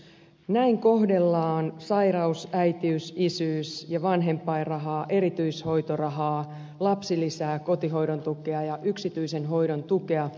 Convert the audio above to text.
näin kohdellaan sairaus äitiys isyys ja vanhempainrahaa erityishoitorahaa lapsilisää kotihoidon tukea ja yksityisen hoidon tukea